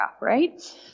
right